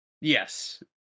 Yes